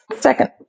second